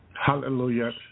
Hallelujah